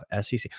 SEC